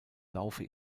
laufe